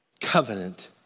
covenant